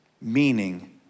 meaning